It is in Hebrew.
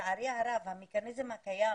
לצערי הרב, המכניזם הקיים